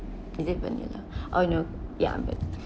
is it vanilla oh no ya but